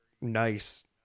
nice